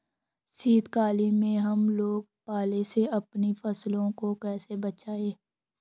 शीतकालीन में हम लोग पाले से अपनी फसलों को कैसे बचाएं?